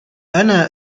أنا